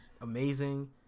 amazing